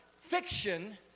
fiction